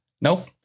Nope